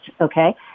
okay